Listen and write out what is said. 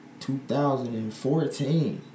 2014